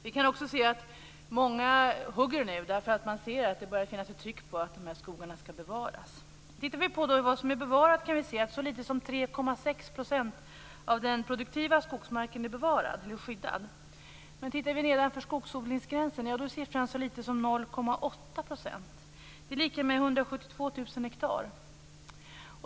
Vi kan också se att många hugger nu för att man ser att det börjar finnas ett tryck på att de här skogarna skall bevaras. Tittar vi på vad som är bevarat, kan vi se att så litet som 3,6 % av den produktiva skogsmarken är bevarad eller skyddad. Tittar vi nedanför skogsodlingsgränsen är siffran så låg som 0,8 %. Det är lika med 172 000 hektar.